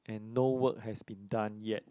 and no work has been done yet